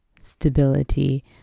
stability